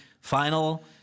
final